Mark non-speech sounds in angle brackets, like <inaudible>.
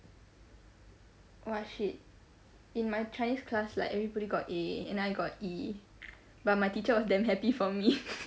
!!wah!! shit in my chinese class like everybody got A and I got E but my teacher was damn happy for me <laughs>